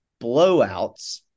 blowouts